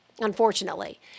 unfortunately